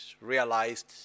realized